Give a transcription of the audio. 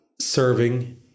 serving